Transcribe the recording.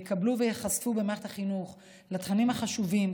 יקבלו במערכת החינוך וייחשפו בה לתכנים החשובים,